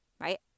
right